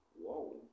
Whoa